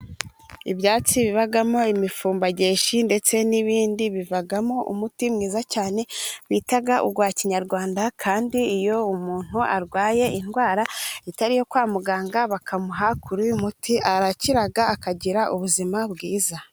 Ibyatsi bibamo imifumbageshi ndetse n'ibindi bivamo umuti mwiza cyane bita uwa kinyarwanda, kandi iyo umuntu arwaye indwara itari iyo kwa muganga bakamuha kuri uyu muti, arakira akagira ubuzima bwiza.